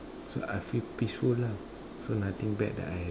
so I feel peaceful ah so nothing bad that I had